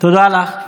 תודה לך.